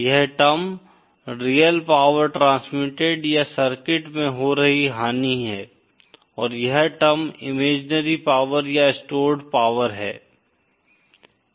यह term real power transmitted या circuit में हो रही हानि है और यह टर्म इमेजिनरी पावर या स्टोर्ड पावर है